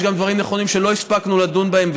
יש גם דברים נכונים שלא הספקנו לדון בהם,